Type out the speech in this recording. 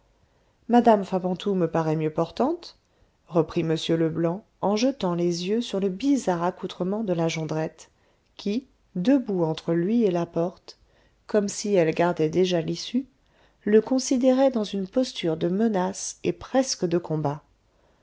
madame fabantou me paraît mieux portante reprit m leblanc en jetant les yeux sur le bizarre accoutrement de la jondrette qui debout entre lui et la porte comme si elle gardait déjà l'issue le considérait dans une posture de menace et presque de combat